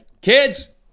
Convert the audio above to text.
kids